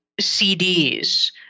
CDs